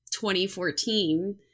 2014